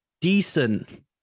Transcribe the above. decent